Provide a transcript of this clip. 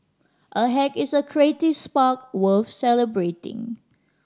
a hack is a creative spark worth celebrating